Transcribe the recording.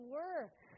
work